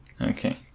Okay